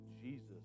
Jesus